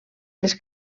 les